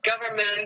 government